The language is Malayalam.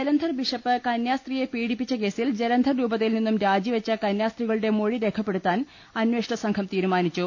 ജലന്ധർ ബിഷപ്പ് കന്യാസ്ത്രീയെ പ്പീഡിപ്പിച്ച കേസിൽ ജല ന്ധർ രൂപതയിൽ നിന്നും രാജിവെച്ചു കന്യാസ്ത്രീകളുടെ മൊഴി രേഖപ്പെടുത്താൻ അന്വേഷണസംഘം തീരുമാനിച്ചു